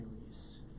release